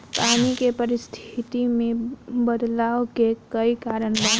पानी के परिस्थिति में बदलाव के कई कारण बा